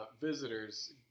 visitors